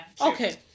Okay